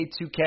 2K